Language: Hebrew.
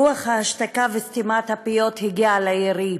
רוח ההשתקה וסתימת הפיות הגיעה לעירי,